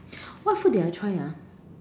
what food did I try ah